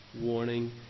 warning